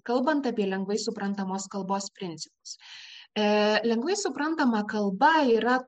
kalbant apie lengvai suprantamos kalbos principus e lengvai suprantama kalba yra